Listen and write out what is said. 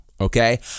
Okay